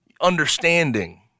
understanding